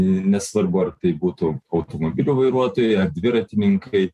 nesvarbu ar tai būtų automobilių vairuotojai ar dviratininkai